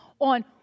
on